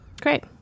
Great